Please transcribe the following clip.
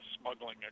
smuggling